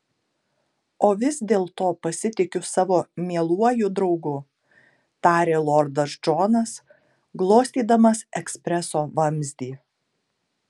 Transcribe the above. o vis dėlto pasitikiu savo mieluoju draugu tarė lordas džonas glostydamas ekspreso vamzdį